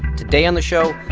today on the show,